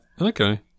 okay